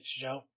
Joe